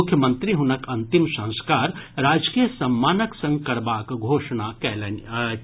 मुख्यमंत्री हुनक अंतिम संस्कार राजकीय सम्मानक संग करबाक घोषणा कयलनि अछि